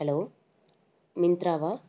hello மின்த்ராவா